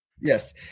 yes